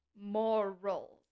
Morals